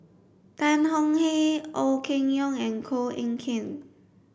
Tan Tong Hye Ong Keng Yong and Koh Eng Kian